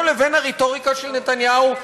בינו לבין הרטוריקה של נתניהו,